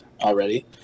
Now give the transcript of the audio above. already